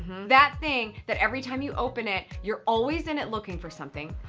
that thing that every time you open it, you're always in it looking for something,